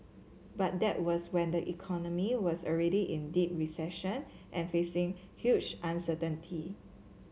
but that was when the economy was already in deep recession and facing huge uncertainty